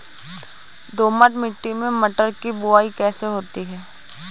दोमट मिट्टी में मटर की बुवाई कैसे होती है?